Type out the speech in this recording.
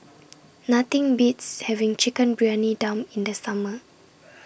Nothing Beats having Chicken Briyani Dum in The Summer